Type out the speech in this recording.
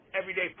everyday